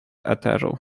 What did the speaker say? eteru